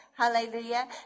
Hallelujah